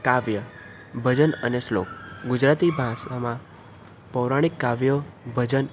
કાવ્ય ભજન અને શ્લોક ગુજરાતી ભાષામાં પૌરાણિક કાવ્યો ભજન